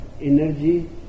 energy